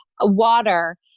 water